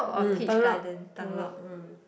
mm Tung-Lok Tung-Lok mm